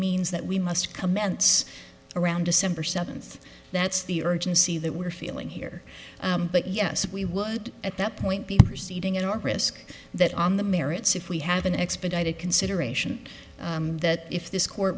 means that we must commence around december seventh that's the urgency that we're feeling here but yes we would at that point be proceeding in our risk that on the merits if we have an expedited consideration that if this court